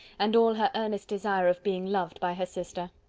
and all her earnest desire of being loved by her sister.